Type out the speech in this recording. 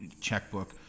checkbook